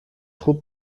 خوب